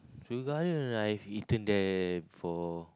Seoul-garden i have eaten there before